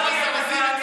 הבוחרים שלכם יראו את זה.